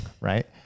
right